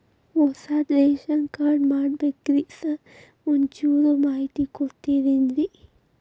ಹೊಸದ್ ration card ಮಾಡ್ಬೇಕ್ರಿ sir ಒಂಚೂರ್ ಮಾಹಿತಿ ಕೊಡ್ತೇರೆನ್ರಿ?